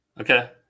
Okay